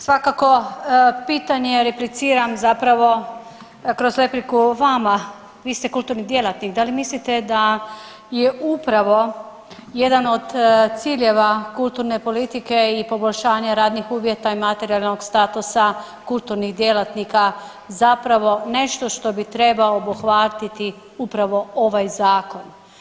Svakako pitanje repliciram zapravo kroz repliku vama, vi ste kulturni djelatnik, da li mislite da je upravo jedan od ciljeva kulturne politike i poboljšanje radnih uvjeta i materijalnog statusa kulturnih djelatnika zapravo nešto što bi trebao obuhvatiti upravo ovaj zakon.